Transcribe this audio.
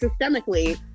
systemically